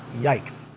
yikes.